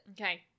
Okay